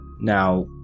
Now